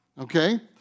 Okay